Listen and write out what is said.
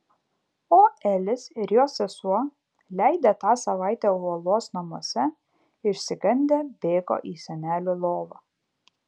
o elis ir jo sesuo leidę tą savaitę uolos namuose išsigandę bėgo į senelių lovą